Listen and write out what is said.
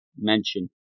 mention